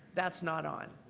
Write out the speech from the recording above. that's not on.